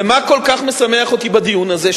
ומה כל כך משמח אותי בדיון הזה?